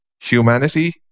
humanity